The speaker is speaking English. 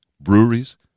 Breweries